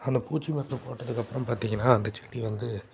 அந்த பூச்சி மருந்தை போட்டதுக்கப்புறம் பார்த்தீங்கன்னா அந்த செடி வந்து